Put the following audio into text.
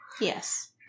yes